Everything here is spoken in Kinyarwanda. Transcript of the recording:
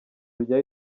ryari